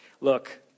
Look